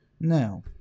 Now